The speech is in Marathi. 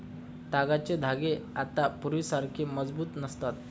तागाचे धागे आता पूर्वीसारखे मजबूत नसतात